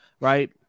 right